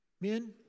Men